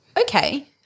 Okay